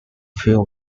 fuel